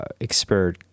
expert